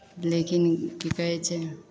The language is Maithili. लेकिन की कहै छै